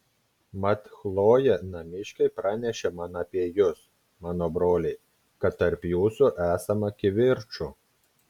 mat chlojė namiškiai pranešė man apie jus mano broliai kad tarp jūsų esama kivirčų